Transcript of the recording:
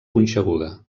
punxeguda